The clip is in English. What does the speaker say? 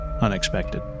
unexpected